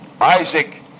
Isaac